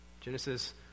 Genesis